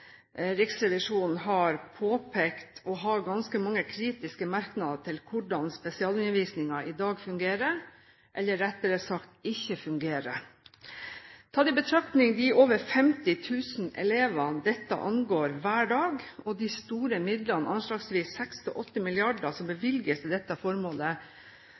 Riksrevisjonen har påpekt – og har – ganske mange kritiske merknader til hvordan spesialundervisningen fungerer i dag, eller rettere sagt ikke fungerer. Tatt i betraktning de over 50 000 elevene dette angår hver dag, og de store midlene, anslagsvis 6–8 mrd. kr, som bevilges til dette formålet,